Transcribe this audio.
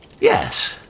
Yes